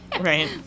Right